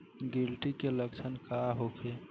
गिलटी के लक्षण का होखे?